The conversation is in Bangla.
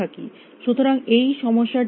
সুতরাং এই সমস্যাটির আকার কি